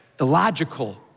illogical